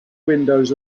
windows